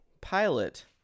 Pilot